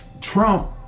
Trump